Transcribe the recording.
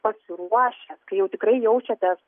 pasiruošęs kai jau tikrai jaučiatės